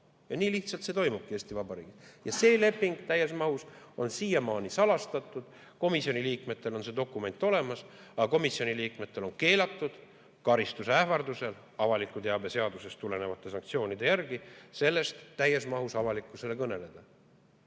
Nii lihtsalt see toimubki Eesti Vabariigis. See leping täies mahus on siiamaani salastatud. Komisjoni liikmetel on see dokument olemas, aga komisjoni liikmetel on keelatud karistuse ähvardusel avaliku teabe seadusest tulenevate sanktsioonide järgi sellest täies mahus avalikkusele kõneleda. See,